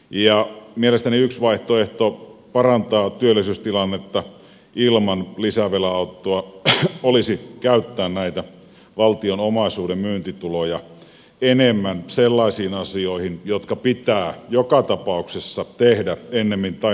ja mielestäni yksi vaihtoehto parantaa työllisyystilannetta ilman lisävelanottoa olisi käyttää näitä valtion omaisuuden myyntituloja enemmän sellaisiin asioihin jotka pitää joka tapauksessa tehdä ennemmin tai myöhemmin